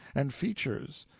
and features,